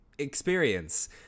experience